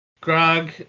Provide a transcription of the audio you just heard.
Grog